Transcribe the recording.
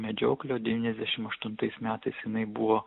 medžioklių o devyniasdešim aštuntais metais jinai buvo